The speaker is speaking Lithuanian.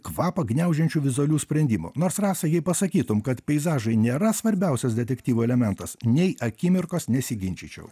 kvapą gniaužiančių vizualių sprendimų nors rasa jei pasakytum kad peizažai nėra svarbiausias detektyvo elementas nei akimirkos nesiginčyčiau